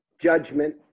Judgment